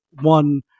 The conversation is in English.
one